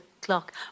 clock